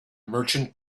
merchant